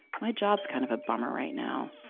my job's kind of a bummer right now.